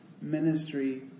ministry